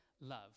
love